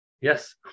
Yes